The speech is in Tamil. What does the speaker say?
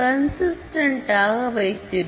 கன்சிஸ்டன்ட் ஆக வைத்திருக்கும்